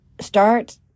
start